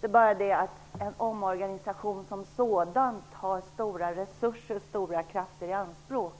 Det är bara det att en omorganisation som sådan tar stora resurser och stora krafter i anspråk.